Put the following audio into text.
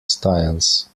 styles